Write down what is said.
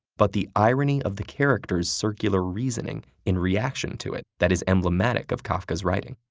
but the irony of the character's circular reasoning in reaction to it that is emblematic of kafka's writing.